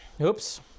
Oops